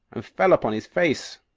and fell upon his face.